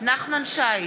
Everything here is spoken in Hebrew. נחמן שי,